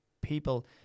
People